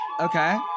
Okay